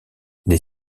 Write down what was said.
les